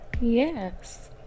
Yes